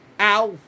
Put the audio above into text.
Ow